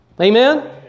Amen